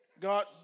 God